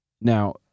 Now